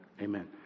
Amen